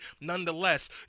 nonetheless